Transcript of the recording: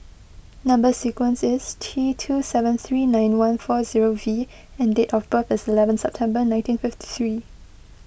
Number Sequence is T two seven three nine one four zero V and date of birth is eleven September nineteen fifty three